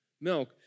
milk